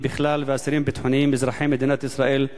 בכלל והאסירים הביטחוניים אזרחי מדינת ישראל בפרט.